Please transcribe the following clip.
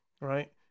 right